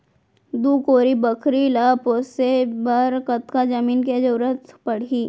दू कोरी बकरी ला पोसे बर कतका जमीन के जरूरत पढही?